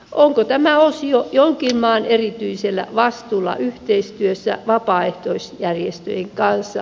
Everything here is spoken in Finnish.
onko tämä osio jonkin maan erityisellä vastuulla yhteistyössä vapaaehtoisjärjestöjen kanssa